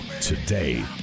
today